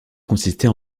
consistait